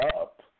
up